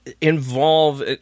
involve